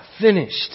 finished